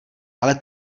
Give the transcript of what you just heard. ale